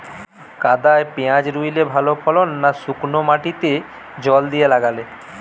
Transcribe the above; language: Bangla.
কাদায় পেঁয়াজ রুইলে ভালো ফলন না শুক্নো মাটিতে জল দিয়ে লাগালে?